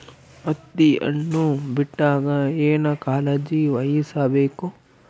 ಹತ್ತಿ ಹಣ್ಣು ಬಿಟ್ಟಾಗ ಏನ ಕಾಳಜಿ ವಹಿಸ ಬೇಕು?